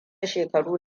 shekaru